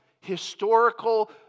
historical